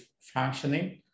functioning